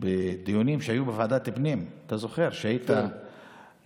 בדיונים שהיו בוועדת הפנים, אתה זוכר שהיית, כן.